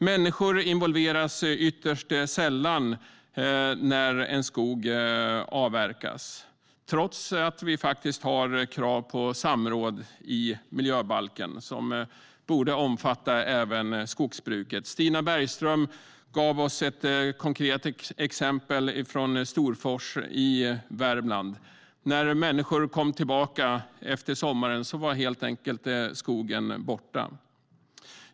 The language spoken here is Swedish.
Människor involveras ytterst sällan när en skog avverkas trots att vi enligt miljöbalken har krav på samråd som borde omfatta även skogsbruket. Stina Bergström gav oss ett konkret exempel från Storfors i Värmland. När människor kom tillbaka efter sommaren var helt enkelt skogen borta.